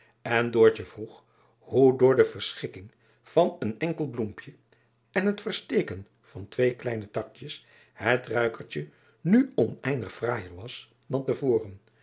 en vroeg noe door de verschikking van een enkel bloempje en het versteken van twee kleine takjes het ruikertje nu oneindig fraaijer was dan te voren